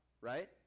right